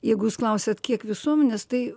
jeigu jūs klausiat kiek visuomenės tai